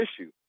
issue